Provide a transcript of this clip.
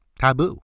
taboo